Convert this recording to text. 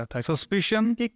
Suspicion